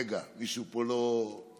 רגע, מישהו פה לא רגיש.